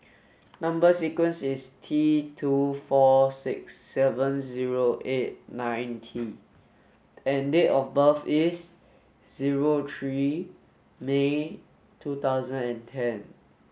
number sequence is T two four six seven zero eight nine T and date of birth is zero three May two thousand and ten